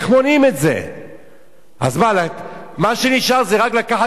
מה שנשאר זה רק לקחת כיתת יורים ולירות בהם?